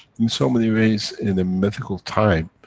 in so many ways, in the mythical time,